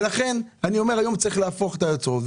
לכן צריך היום להפוך את היוצרות,